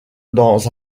dans